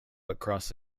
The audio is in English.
across